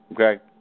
Okay